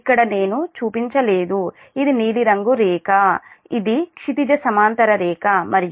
ఇక్కడ నేను చూపించలేదు ఇది నీలిరంగు రేఖ క్షితిజ సమాంతర రేఖ మరియు